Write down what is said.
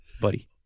buddy